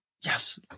yes